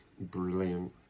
Brilliant